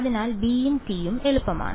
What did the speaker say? അതിനാൽ b യും t യും എളുപ്പമാണ്